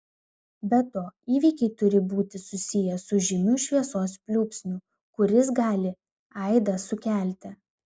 be to įvykiai turi būti susiję su žymiu šviesos pliūpsniu kuris gali aidą sukelti